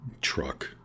truck